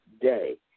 day